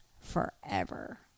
forever